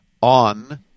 on